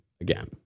again